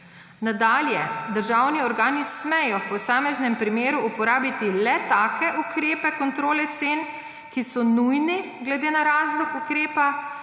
Nadalje. Državni organi smejo v posameznem primeru uporabiti le take ukrepe kontrole cen, ki so nujni glede na razlog ukrepa